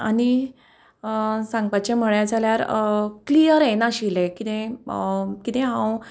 आनी सांगपाचें म्हळें जाल्यार क्लियर येनाशिल्ले कितें कितें हांव